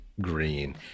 Green